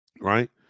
right